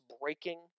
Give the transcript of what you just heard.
breaking